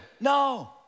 no